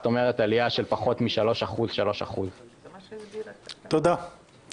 זאת אומרת, עלייה של פחות מ-3%, 3%. תודה רבה.